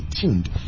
tuned